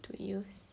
to use